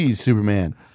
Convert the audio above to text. Superman